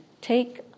Take